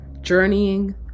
journeying